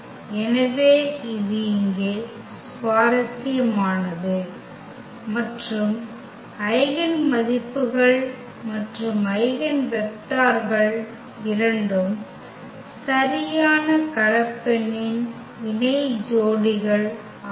எனவே இது இங்கே சுவாரஸ்யமானது மற்றும் ஐகென் மதிப்புகள் மற்றும் ஐகென் வெக்டர்கள் இரண்டும் சரியான கலப்பெண்னின் இணை ஜோடிகள் ஆகும்